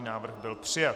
Návrh byl přijat.